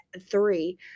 three